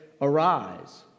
Arise